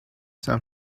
san